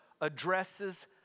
addresses